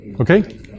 Okay